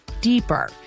deeper